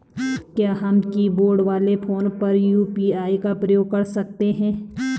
क्या हम कीबोर्ड वाले फोन पर यु.पी.आई का प्रयोग कर सकते हैं?